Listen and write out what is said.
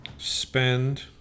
Spend